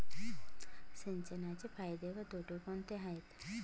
सिंचनाचे फायदे व तोटे कोणते आहेत?